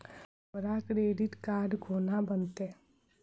हमरा credit card कोना बनतै?